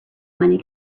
money